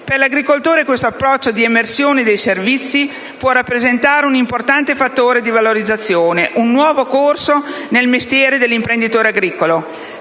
Per l'agricoltore questo approccio di emersione dei servizi può rappresentare un importante fattore di valorizzazione, un nuovo corso nel mestiere dell'imprenditore agricolo.